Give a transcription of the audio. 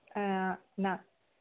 न